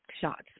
shots